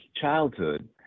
childhood